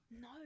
No